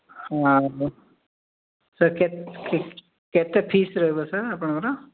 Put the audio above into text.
ଆଉ ସାର୍ କେତେ ଫିସ୍ ରହିବ ସାର୍ ଆପଣଙ୍କର